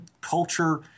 culture